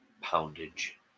poundage